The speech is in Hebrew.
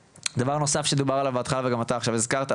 דבר נוסף שדובר עליו בהתחלה וגם אתה עכשיו הזכרת,